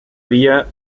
villa